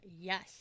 Yes